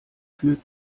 führt